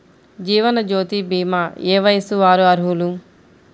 జీవనజ్యోతి భీమా ఏ వయస్సు వారు అర్హులు?